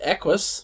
Equus